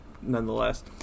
nonetheless